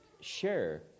share